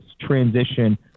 transition